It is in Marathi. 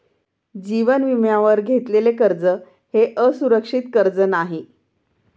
जीवन विम्यावर घेतलेले कर्ज हे असुरक्षित कर्ज नाही